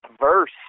verse